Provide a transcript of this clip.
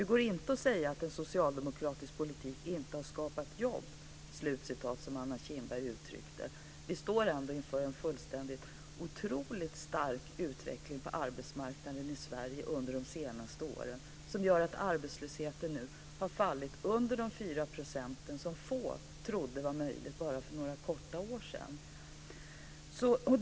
Det går inte att säga att den socialdemokratiska politiken inte har skapat jobb, som Anna Kinberg uttryckte det.